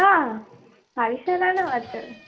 હાં મારી સોનાનો વાત કરો